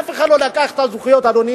אף אחד לא לקח את הזכויות של הרב עובדיה,